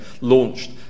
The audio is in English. launched